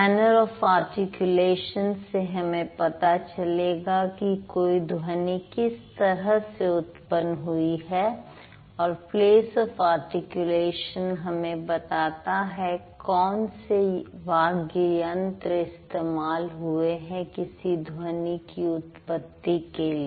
manner of articulation से हमें पता चलेगा कि कोई ध्वनि किस तरह से उत्पन्न हुई है और प्लेस आफ आर्टिकुलेशन हमें बताता है कौन से वाग्यंत्र इस्तेमाल हुए हैं किसी ध्वनि की उत्पत्ति के लिए